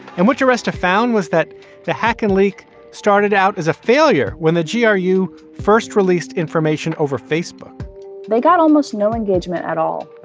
and which arrested found was that the hacking leak started out as a failure when the g r, you first released information over facebook they got almost no engagement at all.